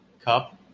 Cup